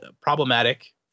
problematic